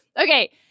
Okay